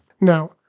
Now